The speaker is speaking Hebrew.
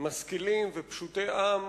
משכילים ופשוטי עם,